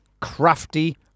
Crafty